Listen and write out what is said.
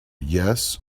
yes